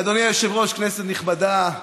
אדוני היושב-ראש, כנסת נכבדה,